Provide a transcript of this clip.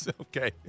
Okay